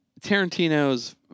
Tarantino's